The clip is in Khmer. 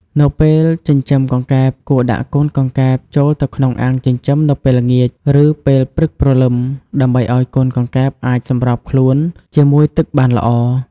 នៅពេលចិញ្ចឹមកង្កែបគួរដាក់កូនកង្កែបចូលទៅក្នុងអាងចិញ្ចឹមនៅពេលល្ងាច ឬពេលព្រឹកព្រលឹម ដើម្បីឲ្យកូនកង្កែបអាចសម្របខ្លួនជាមួយទឹកបានល្អ។